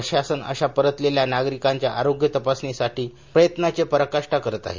प्रशासन अशा परतलेल्या नागरिकांच्या आरोग्य तपासणीसाठी प्रयत्नांची पराकाष्ठा करत आहे